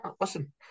listen